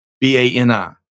B-A-N-I